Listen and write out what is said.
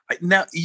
Now